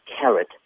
carrot